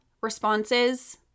responses